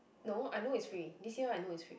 no I know it's free this year one I know it's free